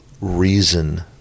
reason